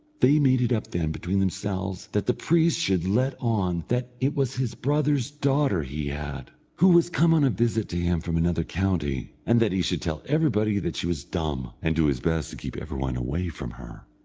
they made it up then between themselves that the priest should let on that it was his brother's daughter he had, who was come on a visit to him from another county, and that he should tell everybody that she was dumb, and do his best to keep every one away from her.